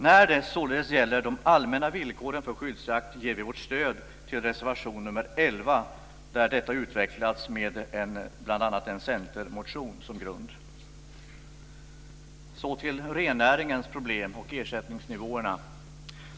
När det således gäller de allmänna villkoren för skyddsjakt ger vi vårt stöd till reservation nr 11, där detta utvecklas med bl.a. en centermotion som grund. Jag går så över till rennäringens problem och ersättningsnivåerna.